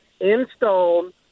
installed